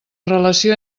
relació